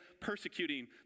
persecuting